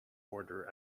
order